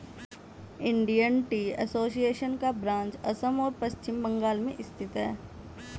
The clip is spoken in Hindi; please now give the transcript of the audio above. इंडियन टी एसोसिएशन का ब्रांच असम और पश्चिम बंगाल में स्थित है